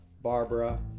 barbara